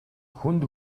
хүнд